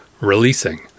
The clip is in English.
releasing